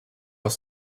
aus